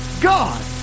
God